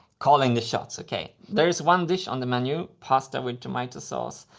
calling the shots. okay. there is one dish on the menu, pasta with tomato sauce.